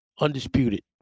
Undisputed